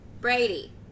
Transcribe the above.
Brady